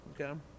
okay